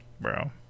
bro